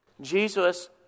Jesus